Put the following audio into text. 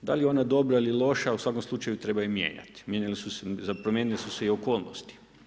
Da li je ona dobra ili loša u svakom slučaju treba je mijenjati, promijenile su se i okolnosti.